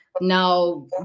Now